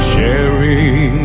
Sharing